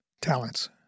Talents